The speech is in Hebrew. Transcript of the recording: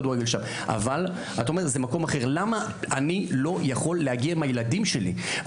למה אני לא יכול להגיע עם הילדים שלי?